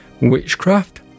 Witchcraft